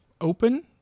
open